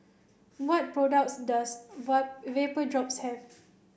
what products does Vapodrops have